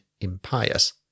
impious